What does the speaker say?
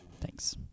Thanks